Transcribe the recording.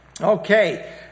Okay